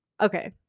Okay